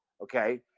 Okay